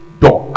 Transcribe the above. door